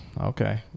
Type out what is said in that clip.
okay